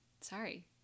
sorry